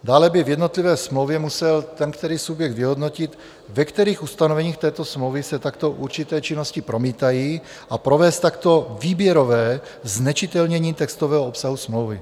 Dále by v jednotlivé smlouvě musel ten který subjekt vyhodnotit, ve kterých ustanoveních smlouvy se takto určité činnosti promítají, a provést takto výběrové znečitelnění textového obsahu smlouvy.